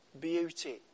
beauty